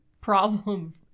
problem